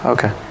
Okay